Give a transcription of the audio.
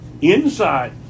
Inside